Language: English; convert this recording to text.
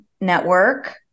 Network